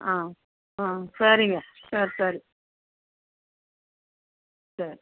ஆ ஆ சரிங்க சரி சரி சரி